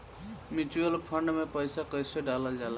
Mutual fund मे पईसा कइसे डालल जाला?